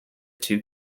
two